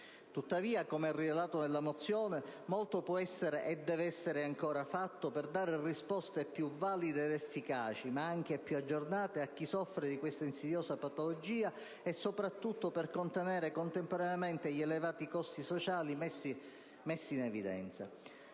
Tuttavia, come rilevato nella mozione, molto può essere e deve essere ancora fatto per dare risposte più valide, efficaci ed anche più aggiornate a chi soffre di questa insidiosa patologia e soprattutto per contenere contemporaneamente gli elevati costi sociali messi in evidenza.